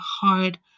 hard